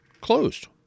closed